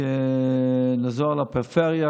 שנעזור לפריפריה,